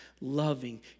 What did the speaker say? loving